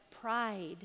Pride